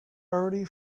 already